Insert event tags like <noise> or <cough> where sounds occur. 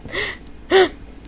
<laughs>